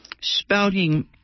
spouting